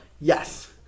Yes